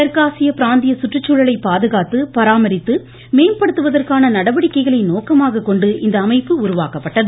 தெற்காசிய பிராந்திய கற்றுச்சூழலை பாதுகாத்து பராமரித்து மேம்படுத்துவதற்கான நடவடிக்கைகளை நோக்கமாக கொண்டு இந்த அமைப்பு உருவாக்கப்பட்டது